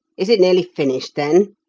is it nearly finished, then?